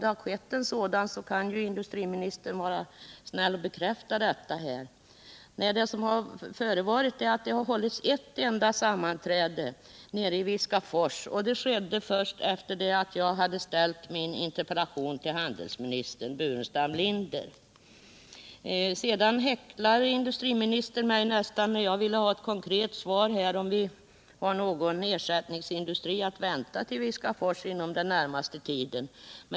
Om så skett kan ju industriministern vara snäll och bekräfta det. Det har hållits ett enda sammanträde nere i Viskafors, och det skedde först efter det att jag ställt min interpellation till handelsministern Burenstam Linder. Industriministern nästan häcklade mig för att jag vill ha ett konkret svar på om vi har någon ersättningsindustri att vänta till Viskafors den närmaste tiden.